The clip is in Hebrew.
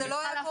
זה לא היה קורה.